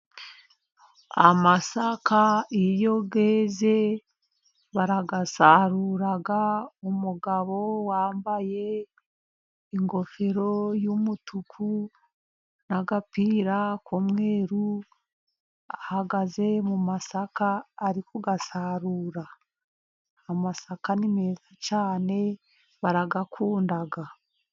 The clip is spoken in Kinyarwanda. Amasaka iyo yeze barayasarura, umugabo wambaye ingofero y'umutuku n'agapira k'umweru ahagaze mu masaka ari kuyasarura. Amasaka ni meza cyane barayakunda.